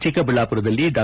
ಚಿಕ್ಕಬಳ್ಣಾಪುರದಲ್ಲಿ ಡಾ